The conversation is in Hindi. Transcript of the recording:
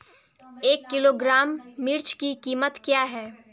एक किलोग्राम मिर्च की कीमत क्या है?